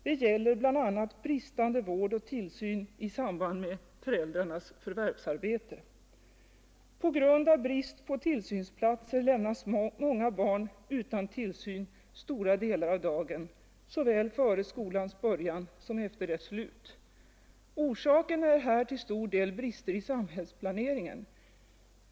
Det gäller bl.a. bristande vård och tillsyn i samband med föräldrarnas förvärvsarbete. På grund av brist på tillsynsplatser lämnas många barn utan tillsyn stora delar av dagen, såväl före skolans början som efter dess slut. Orsaken är här till stor del brister i samhällsplaneringen.